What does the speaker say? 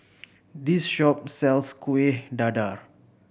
this shop sells Kuih Dadar